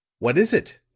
what is it?